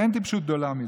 הרי אין טיפשות גדולה מזו.